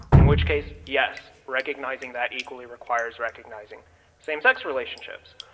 in which case, yes, recognizing that equally requires recognizing same sex relationships.